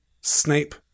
Snape